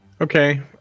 Okay